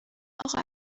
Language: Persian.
اقا